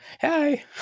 Hi